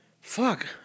fuck